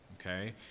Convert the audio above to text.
Okay